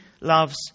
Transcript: loves